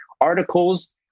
articles